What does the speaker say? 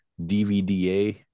DVDA